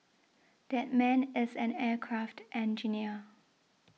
that man is an aircraft engineer